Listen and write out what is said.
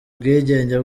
ubwigenge